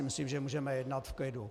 Myslím si, že můžeme jednat v klidu.